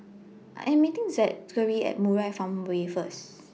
I'm meeting Zachery At Murai Farmway First